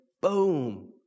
boom